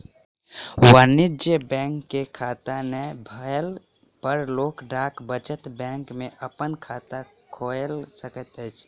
वाणिज्य बैंक के खाता नै भेला पर लोक डाक बचत बैंक में अपन खाता खोइल सकैत अछि